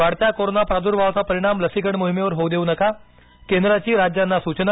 वाढत्या कोरोना प्रादुर्भावाचा परिणाम लसीकरण मोहिमेवर होऊ देऊ नका केंद्राची राज्यांना सूचना